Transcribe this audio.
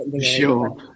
sure